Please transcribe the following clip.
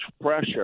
pressure